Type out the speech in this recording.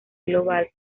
global